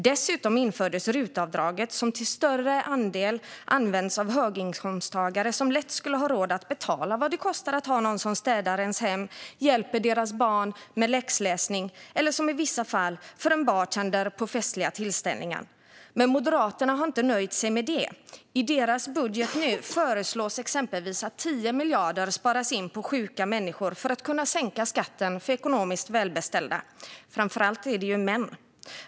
Dessutom infördes RUT-avdraget, som till större del används av höginkomsttagare som lätt skulle ha råd att betala vad det kostar att ha någon som städar deras hem, hjälper deras barn med läxläsning eller, som i vissa fall, för en bartender på festliga tillställningar. Men Moderaterna har inte nöjt sig med detta. I deras budget nu föreslås exempelvis att 10 miljarder ska sparas in på sjuka människor för att man ska kunna sänka skatten för ekonomiskt välbeställda - framför allt är det ju män.